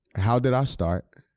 how did i start,